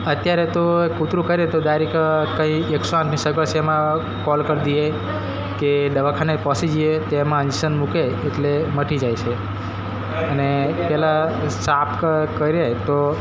અત્યારે તો કૂતરું કેરે તો ડાયરેક કઈ એક સો આઠની સગવડ છે એમાં કોલ કરી દઈએ કે દવાખાને પહોંચી જઈએ તેમાં ઇન્જેક્શન મૂકે એટલે મટી જાય છે અને પેલા સાપ કે કરડે તો